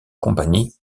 compagnie